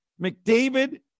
McDavid